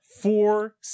four